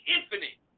Infinite